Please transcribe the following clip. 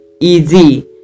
easy